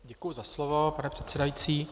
Děkuji za slovo, pane předsedající.